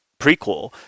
prequel